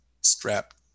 strapped